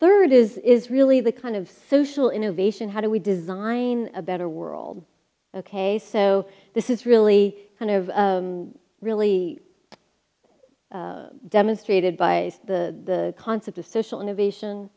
third is really the kind of social innovation how do we design a better world ok so this is really kind of really demonstrated by the concept of social innovation